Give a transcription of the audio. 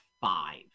five